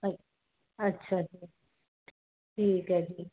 ਅਛ ਅੱਛਾ ਠੀਕ ਹੈ ਜੀ